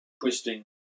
twisting